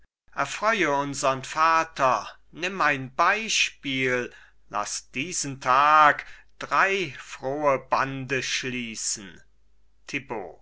erfreue unsern vater nimm ein beispiel laß diesen tag drei frohe bande schließen